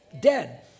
dead